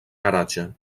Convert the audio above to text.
garatge